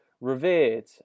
revered